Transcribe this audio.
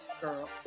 Girl